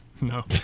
No